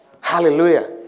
Hallelujah